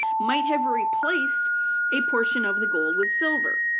might have replaced a portion of the gold with silver.